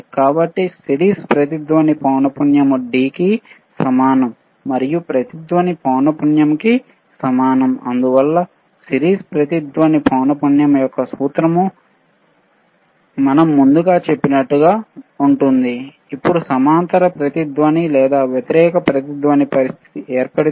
కాబట్టి series resonant పౌనఃపుణ్యము D కి సమానం మరియు రెజోనెOట్ పౌనఃపుణ్యము కి సమానం అందువల్ల సిరీస్ రెజోనెOట్ పౌనఃపుణ్యము యొక్క సూత్రం మనం ముందుగా చూసినట్లుగా ఉంటుంది ఇప్పుడు సమాంతర రెజోనెOట్ లేదా వ్యతిరేక రెజోనెOట్ పరిస్థితి ఏర్పడితే